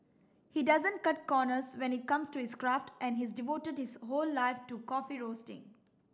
he doesn't cut corners when it comes to his craft and he's devoted his whole life to coffee roasting